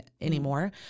anymore